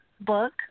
book